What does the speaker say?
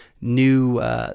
new